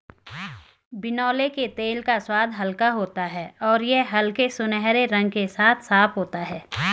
बिनौले के तेल का स्वाद हल्का होता है और यह हल्के सुनहरे रंग के साथ साफ होता है